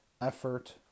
effort